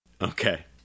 Okay